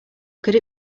could